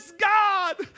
God